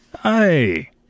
Hey